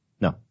No